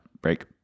break